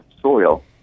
soil